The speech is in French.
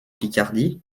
picardie